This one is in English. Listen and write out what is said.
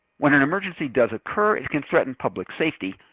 when an emergency does occur, it can threaten public safety,